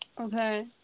Okay